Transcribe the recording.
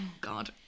god